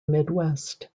midwest